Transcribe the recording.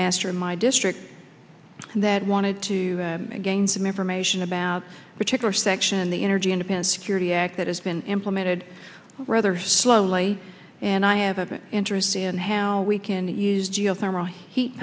master in my district that wanted to gain some information about a particular section the energy independence security act that has been implemented rather slowly and i have an interest in how we can use geothermal